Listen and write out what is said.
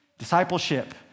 discipleship